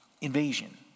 invasion